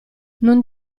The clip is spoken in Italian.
non